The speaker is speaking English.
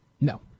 No